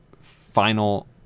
Final